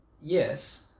yes